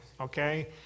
okay